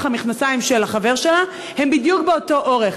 המכנסיים של החבר שלה הם בדיוק באותו אורך.